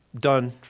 done